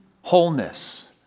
wholeness